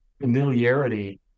familiarity